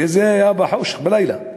וזה היה בחושך, בלילה,